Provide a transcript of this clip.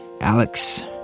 Alex